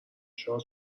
شاد